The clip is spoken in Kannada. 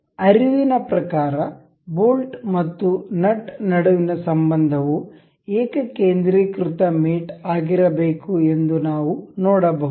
ಅರಿವಿನ ಪ್ರಕಾರ ಬೋಲ್ಟ್ ಮತ್ತು ನಟ್ ನಡುವಿನ ಸಂಬಂಧವು ಏಕಕೇಂದ್ರೀಕೃತ ಮೇಟ್ ಆಗಿರಬೇಕು ಎಂದು ನಾವು ನೋಡಬಹುದು